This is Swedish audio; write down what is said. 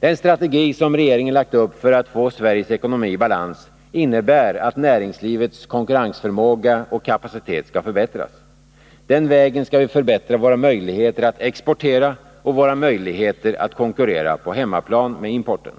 Den strategi som regeringen lagt upp för att få Sveriges ekonomi i balans innebär att näringslivets konkurrensförmåga och kapacitet skall förbättras. Den vägen skall vi förbättra våra möjligheter att exportera och våra möjligheter att konkurrera på hemmaplan med importen.